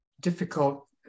difficult